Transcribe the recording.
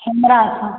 हेमरा